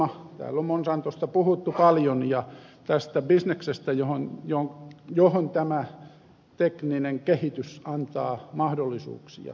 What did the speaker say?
täällä on monsantosta puhuttu paljon ja tästä bisneksestä johon tämä tekninen kehitys antaa mahdollisuuksia